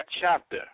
chapter